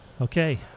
okay